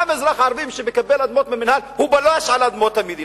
למה אזרח ערבי שמקבל אדמות מהמינהל הוא פולש לאדמות המדינה?